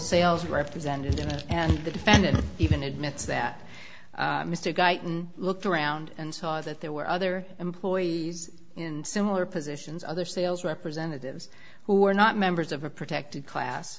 sales representative and the defendant even admits that mr guyton looked around and saw that there were other employees in similar positions other sales representatives who are not members of a protected class